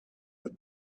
that